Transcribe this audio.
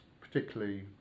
particularly